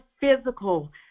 physical